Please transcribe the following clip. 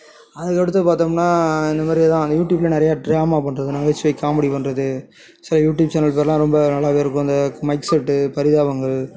அதுக்கு அடுத்து பார்த்தோம்னா இந்த மாதிரியே தான் அங்க யூடியூப்பில் நிறைய டிராமா பண்ணுறது நகைச்சுவை காமெடி பண்ணுறது சில யூடியூப் சேனல் பேரெல்லாம் ரொம்ப நல்லாவே இருக்கும் இந்த மைக் செட் பரிதாபங்கள்